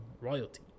royalty